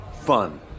fun